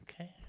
okay